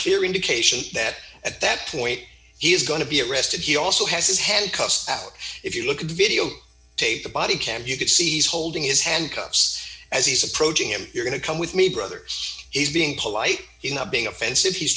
clear indication that at that point he is going to be arrested he also has his handcuffs out if you look at the video tape the body can you can see he's holding his hand cuffs as he's approaching him you're going to come with me brother he's being polite he's not being offensive he's